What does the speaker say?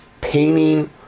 painting